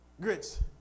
grits